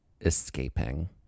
escaping